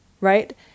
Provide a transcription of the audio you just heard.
right